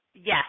Yes